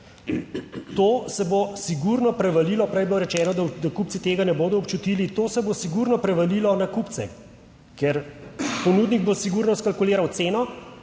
To se bo sigurno prevalilo, prej je bilo rečeno, da kupci tega ne bodo občutili. To se bo sigurno prevalilo na kupce, ker ponudnik bo sigurno skalkuliral ceno